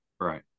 Right